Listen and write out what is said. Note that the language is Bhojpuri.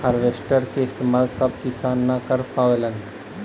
हारवेस्टर क इस्तेमाल सब किसान न कर पावेलन